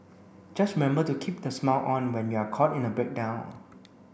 just remember to keep the smile on when you're caught in a breakdown